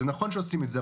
זה נכון שעושים את זה,